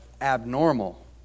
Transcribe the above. abnormal